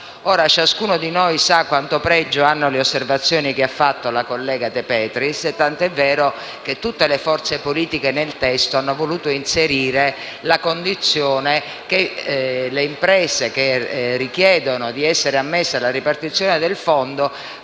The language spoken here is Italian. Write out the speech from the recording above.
Ora, ciascuno di noi sa quanto pregio abbiano le osservazioni fatte dalla collega De Petris, tant'è vero che tutte le forze politiche hanno voluto inserire nel testo la condizione che le imprese che richiedono di essere ammesse alla ripartizione del fondo